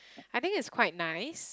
I think it's quite nice